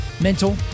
mental